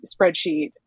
spreadsheet